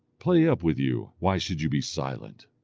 play up with you, why should you be silent?